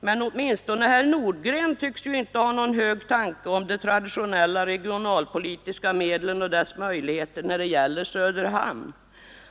Men åtminstone herr Nordgren tycks ju inte ha någon hög tanke om de traditionella regionalpolitiska medlen och dess möjligheter när det gäller Söderhamn.